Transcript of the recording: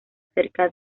cerca